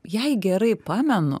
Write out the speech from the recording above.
jei gerai pamenu